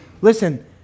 listen